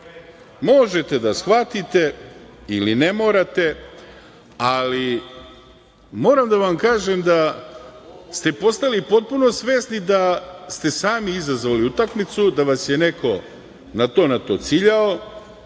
Možete da shvatite ili ne morate, ali moram da vam kažem da ste postali potpuno svesni da ste sami izazvali utakmicu, da vas je neko na to natociljao,